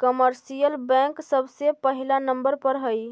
commercial bank सबसे पहिला number पर हई